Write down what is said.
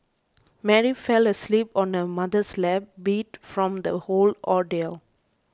Mary fell asleep on her mother's lap beat from the whole ordeal